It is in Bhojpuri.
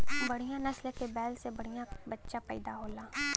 बढ़िया नसल के बैल से बढ़िया बच्चा पइदा होला